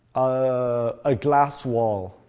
a glass wall,